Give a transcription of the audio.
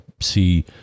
see